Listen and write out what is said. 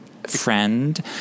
Friend